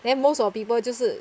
then most of the people 就是